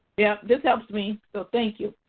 yeah this helps me so thank you.